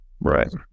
right